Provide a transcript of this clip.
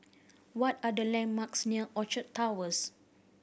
what are the landmarks near Orchard Towers